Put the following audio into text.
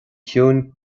ciúin